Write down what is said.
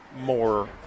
more